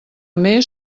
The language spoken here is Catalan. més